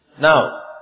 Now